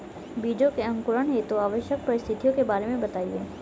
बीजों के अंकुरण हेतु आवश्यक परिस्थितियों के बारे में बताइए